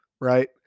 right